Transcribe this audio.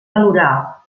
valorar